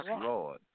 Lord